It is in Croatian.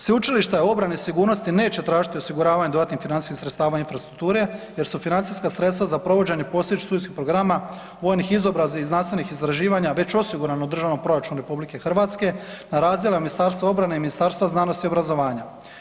Sveučilište obrane i sigurnosti neće tražiti osiguravanje dodatnih financijskih sredstava i infrastrukture jer su financijska sredstva za provođenje postojećih studijskih programa vojnih izobrazbi i znanstvenih istraživanja već osiguran u državnom proračunu RH na razdjelu MORH-a i Ministarstva znanosti i obrazovanja.